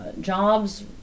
jobs